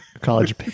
college